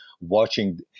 watching